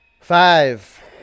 Five